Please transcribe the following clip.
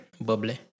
Bubbly